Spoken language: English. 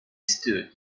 stood